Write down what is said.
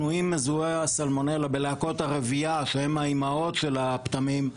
אם מזוהה הסלמונלה בלהקות הרבייה שהן האימהות של הפטמים,